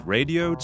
Radio